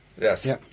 Yes